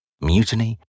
mutiny